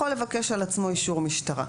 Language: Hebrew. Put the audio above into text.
יכול לבקש על עצמו אישור משטרה.